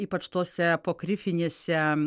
ypač tose apokrifinėse